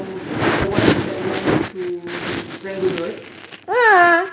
the ones that went to serangoon road